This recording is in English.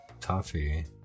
Toffee